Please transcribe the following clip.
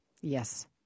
Yes